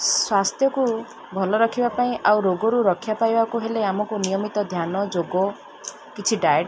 ସ୍ୱାସ୍ଥ୍ୟକୁ ଭଲ ରଖିବା ପାଇଁ ଆଉ ରୋଗରୁ ରକ୍ଷା ପାଇବାକୁ ହେଲେ ଆମକୁ ନିୟମିତ ଧ୍ୟାନ ଯୋଗ କିଛି ଡାଏଟ୍